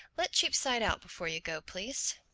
let cheapside out before you go, please.